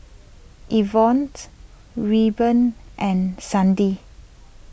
Yvonne's Reuben and Sandie